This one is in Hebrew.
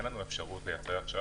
אין לנו את האפשרות לעשות זאת.